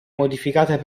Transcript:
modificata